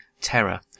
terror